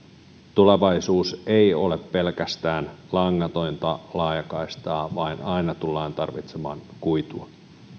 tulevaisuus ei ole pelkästään langatonta laajakaistaa vaan aina tullaan tarvitsemaan kuitua